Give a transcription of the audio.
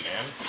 man